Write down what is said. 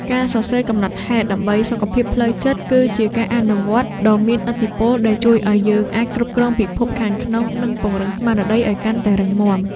ការសរសេរកំណត់ហេតុដើម្បីសុខភាពផ្លូវចិត្ត គឺជាការអនុវត្តដ៏មានឥទ្ធិពលដែលជួយឱ្យយើងអាចគ្រប់គ្រងពិភពខាងក្នុង និងពង្រឹងស្មារតីឱ្យកាន់តែរឹងមាំ។